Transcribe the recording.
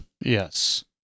Yes